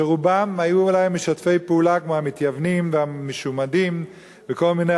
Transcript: שרובם היו אולי משתפי פעולה כמו המתייוונים והמשומדים וכל מיני,